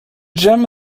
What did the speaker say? gem